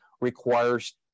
requires